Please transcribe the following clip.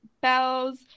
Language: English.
bells